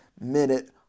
minute